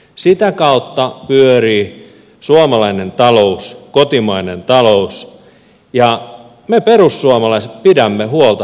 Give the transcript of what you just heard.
sitä kautta pyörii suomalainen talous kotimainen talous ja me perussuomalaiset pidämme huolta suomalaisista